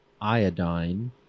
iodine